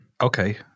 Okay